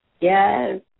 Yes